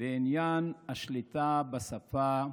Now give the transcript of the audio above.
בעניין השליטה בשפה,